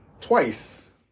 twice